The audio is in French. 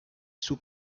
sous